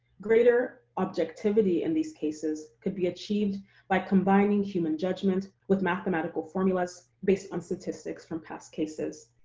greater objectivity in these cases could be achieved by combining human judgment with mathematical formulas based on statistics from past cases.